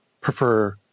prefer